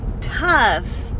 tough